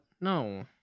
no